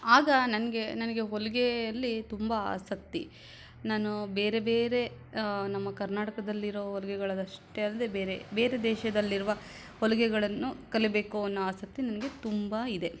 ಆಗ ನನಗೆ ನನಗೆ ಹೊಲಿಗೆಯಲ್ಲಿ ತುಂಬ ಆಸಕ್ತಿ ನಾನು ಬೇರೆ ಬೇರೆ ನಮ್ಮ ಕರ್ನಾಟಕದಲ್ಲಿರೋ ಹೊಲ್ಗೆಗಳನ್ನಷ್ಟೇ ಅಲ್ಲದೇ ಬೇರೆ ಬೇರೆ ದೇಶದಲ್ಲಿರುವ ಹೊಲಿಗೆಗಳನ್ನು ಕಲಿಯಬೇಕು ಅನ್ನೋ ಆಸಕ್ತಿ ನನಗೆ ತುಂಬ ಇದೆ